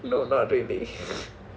no not really